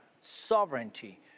sovereignty